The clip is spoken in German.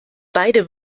beide